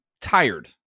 tired